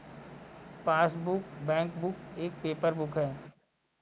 passbook, bankbook एक paper book है